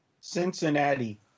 Cincinnati